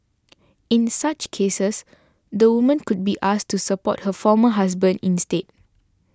in such cases the woman could be asked to support her former husband instead